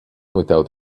without